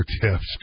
tips